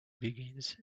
begins